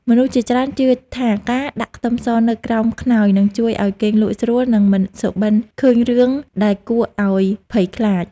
មនុស្សជាច្រើនជឿថាការដាក់ខ្ទឹមសនៅក្រោមខ្នើយនឹងជួយឱ្យគេងលក់ស្រួលនិងមិនសុបិនឃើញរឿងដែលគួរឱ្យភ័យខ្លាច។